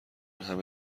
همه